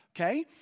okay